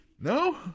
No